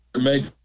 make